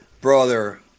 Brother